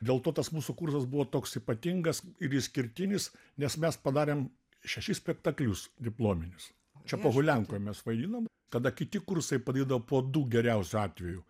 dėl to tas mūsų kursas buvo toks ypatingas ir išskirtinis nes mes padarėm šešis spektaklius diplominius čia pohuliankoj mes vadinom kada kiti kursai padarydavo po du geriausiu atveju